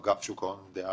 אגף שוק ההון דאז,